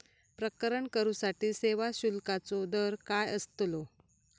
प्रकरण करूसाठी सेवा शुल्काचो दर काय अस्तलो?